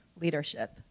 leadership